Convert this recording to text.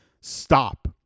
stop